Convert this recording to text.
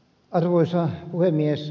arvoisa puhemies